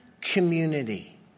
community